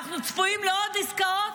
אנחנו צפויים לעוד עסקאות,